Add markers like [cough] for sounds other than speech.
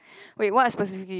[breath] wait what specifically